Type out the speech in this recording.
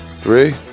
three